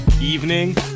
evening